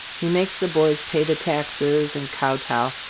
he makes the boys pay the taxes, and ko-tow,